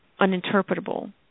uninterpretable